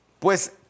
Pues